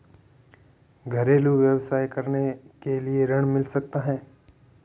घरेलू व्यवसाय करने के लिए ऋण मिल सकता है?